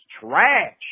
trash